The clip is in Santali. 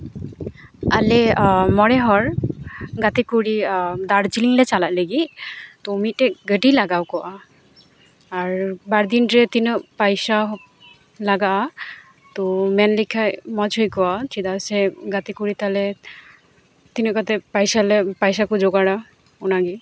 ᱟᱞᱮ ᱢᱚᱬᱮ ᱦᱚᱲ ᱜᱟᱛᱮ ᱠᱩᱲᱤ ᱫᱟᱨᱡᱤᱞᱤᱝ ᱞᱮ ᱪᱟᱞᱟᱜ ᱞᱟᱹᱜᱤᱫ ᱛᱚ ᱢᱤᱫᱴᱮᱡ ᱜᱟᱹᱰᱤ ᱞᱟᱜᱟᱣ ᱠᱚᱜᱼᱟ ᱟᱨ ᱵᱟᱨ ᱫᱤᱱ ᱨᱮ ᱛᱤᱱᱟᱹᱜ ᱯᱟᱭᱥᱟ ᱞᱟᱜᱟᱜᱼᱟ ᱛᱚ ᱢᱮᱱ ᱞᱮᱠᱷᱟᱡ ᱢᱚᱡᱽ ᱦᱩᱭ ᱠᱚᱜᱼᱟ ᱪᱮᱫᱟᱜ ᱥᱮ ᱜᱟᱛᱮ ᱠᱩᱲᱤ ᱛᱟᱞᱮ ᱛᱤᱱᱟᱹᱜ ᱠᱟᱛᱮᱫ ᱯᱟᱭᱥᱟ ᱞᱮ ᱯᱟᱭᱥᱟ ᱠᱚ ᱡᱚᱜᱟᱲᱟ ᱚᱱᱟᱜᱮ